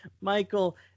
Michael